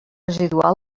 residual